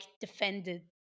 defended